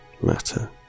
matter